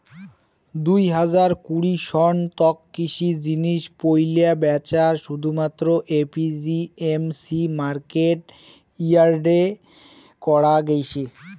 দুই হাজার কুড়ি সন তক কৃষি জিনিস পৈলা ব্যাচা শুধুমাত্র এ.পি.এম.সি মার্কেট ইয়ার্ডে করা গেইছে